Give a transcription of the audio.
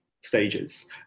stages